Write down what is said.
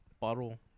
bottle